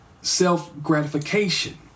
self-gratification